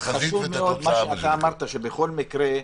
חשוב מאוד מה שאמרת, שבכל מקרה,